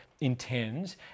intends